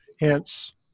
Hence